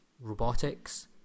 robotics